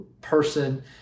person